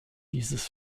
dieses